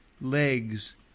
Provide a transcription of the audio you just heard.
legs